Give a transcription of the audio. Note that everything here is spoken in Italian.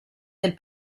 del